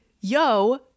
yo